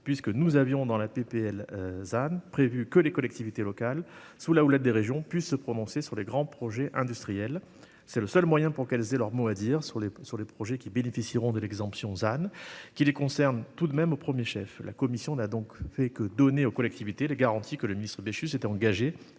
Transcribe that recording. texte voté par le Sénat, qui prévoyait que les collectivités locales, sous la houlette des régions, puissent se prononcer sur les grands projets industriels. C'est le seul moyen pour que celles-ci aient leur mot à dire sur les projets qui profiteront de l'exemption de ZAN, qui les concerne tout de même au premier chef ! La commission n'a donc fait que donner aux collectivités les garanties que le ministre Béchu s'était engagé,